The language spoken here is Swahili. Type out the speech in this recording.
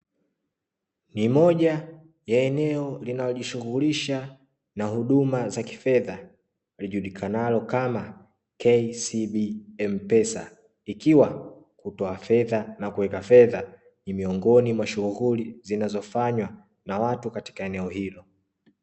Ni moja ya eneo linalojishughulisha na huduma za kifedha lijulikanalo kama "KCB M pesa", ikiwa ni kutoa fedha na kuweka fedha ni miongoni mwa shughuli zinazofanywa na watu katika eneo hilo.